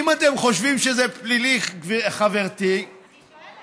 אם אתם חושבים שזה פלילי, חברתי, אני שואלת.